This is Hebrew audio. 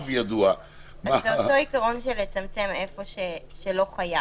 אותו עקרון של לצמצם היכן שלא חייב.